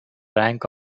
rank